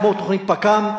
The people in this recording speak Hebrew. כמו תוכנית פק"מ,